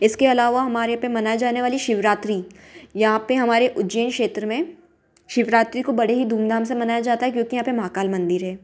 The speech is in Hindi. इसके अलावा हमारे पर मनाए जाने वाली शिवरात्रि यहाँ पर हमारे उज्जैन क्षेत्र में शिवरात्रि को बड़े ही धूमधाम से मनाया जाता है क्योंकि यहाँ पर महाकाल मंदिर है